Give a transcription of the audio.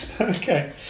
Okay